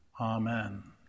Amen